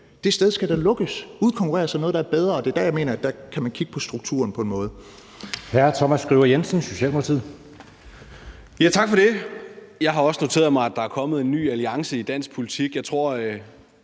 Det sted skal da lukkes, udkonkurreres af noget, der er bedre. Og det er på den måde, jeg mener at man kan kigge på strukturen. Kl.